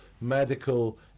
medical